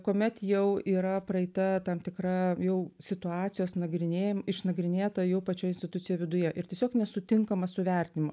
kuomet jau yra praeita tam tikra jau situacijos nagrinėjam išnagrinėta jau pačių institucijų viduje ir tiesiog nesutinkama su vertinimu